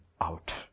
out